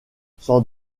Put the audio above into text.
sans